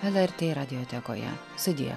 lrt radiotekoje sudie